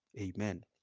Amen